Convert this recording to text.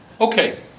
Okay